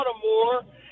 Baltimore